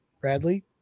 Bradley